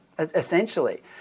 essentially